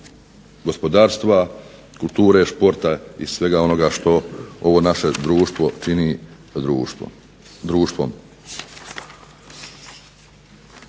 gospodarstva, kulture, športa i svega onoga što ovo naše društvo čini društvom.